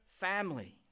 family